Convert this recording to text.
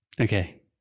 Okay